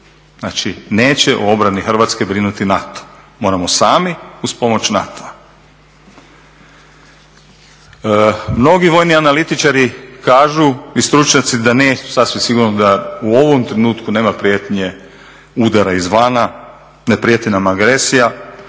Znači neće o obrani Hrvatske brinuti NATO. Moramo sami uz pomoć NATO-a. Mnogi vojni analitičari kažu i stručnjaci sasvim sigurno da u ovom trenutku nema prijetnje udara iz vana, ne prijeti nam agresija,